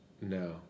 No